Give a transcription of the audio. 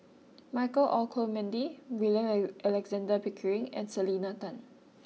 Michael Olcomendy William Alexander Pickering and Selena Tan